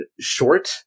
short